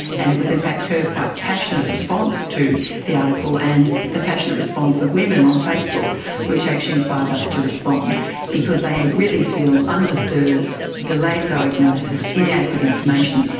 and it was in fact her quite passionate response to the article and the passionate response of women on facebook which actually inspired us to respond because they really feel underserved, delayed diagnosis, inadequate information,